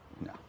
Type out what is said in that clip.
no